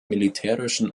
militärischen